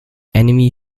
enemy